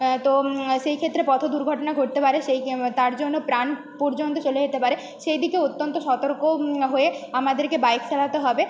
হ্যাঁ তো সেই ক্ষেত্রে পথ দুর্ঘটনা ঘটতে পারে সেই তার জন্য প্রাণ পর্যন্ত চলে যেতে পারে সেই দিকে অত্যন্ত সতর্ক হয়ে আমাদেরকে বাইক চালাতে হবে